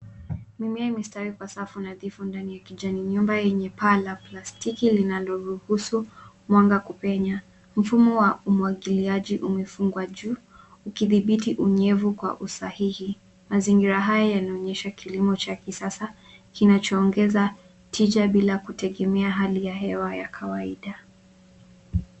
Mimea imestawi kwa safu nadhifu ndani ya kijani nyumba lenye paa la plastiki linaloruhusu mwanga kupenya mfumo wa umwagiliaji umefungwa juu ukidhibiti unyevu kwa usahihi mazingira haya yanaonyesha kilimo cha kisasa kinachoongeza tija bila kutegemea hali ya hewa ya kawaida.